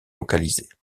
localisée